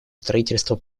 строительство